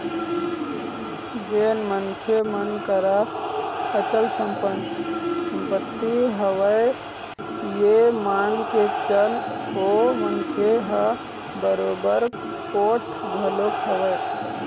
जेन मनखे मन करा अचल संपत्ति हवय ये मान के चल ओ मनखे ह बरोबर पोठ घलोक हवय